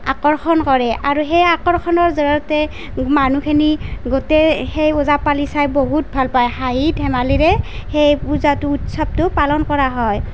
আকৰ্ষণ কৰে আৰু সেই আকৰ্ষণৰ জৰিয়তে মানুহখিনি গোটেই সেই ওজাপালি চাই বহুত ভাল পাই হাঁহি ধেমালিৰে সেই পূজাটো উৎসৱটো পালন কৰা হয়